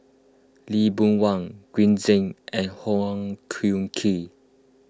Lee Boon Wang Green Zeng and Wong Hung Khim